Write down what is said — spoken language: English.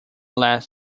less